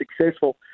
successful